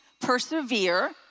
persevere